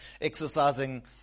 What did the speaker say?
exercising